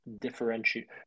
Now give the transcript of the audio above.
differentiate